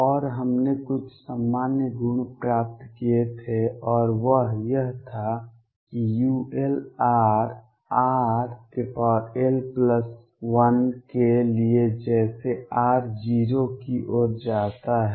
और हमने कुछ सामान्य गुण प्राप्त किए थे और वह यह था कि ulrrl1 के लिए जैसे r 0 की ओर जाता है